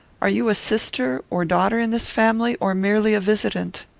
are you a sister or daughter in this family, or merely a visitant?